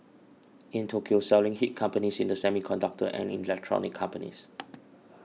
in Tokyo selling hit companies in the semiconductor and electronics companies